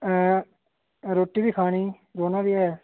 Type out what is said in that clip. हैं रोटी बी खानी रौह्ना बी ऐ